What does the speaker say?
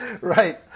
Right